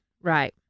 right